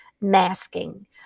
masking